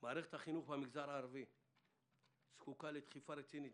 מערכת החינוך במגזר הערבי זקוקה לדחיפה רצינית.